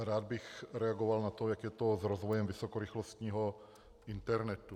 Rád bych reagoval na to, jak je to s rozvojem vysokorychlostního internetu.